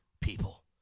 people